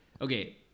okay